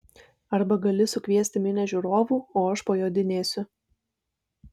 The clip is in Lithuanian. arba gali sukviesti minią žiūrovų o aš pajodinėsiu